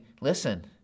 listen